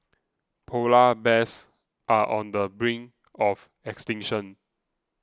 Polar Bears are on the brink of extinction